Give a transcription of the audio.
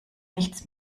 nichts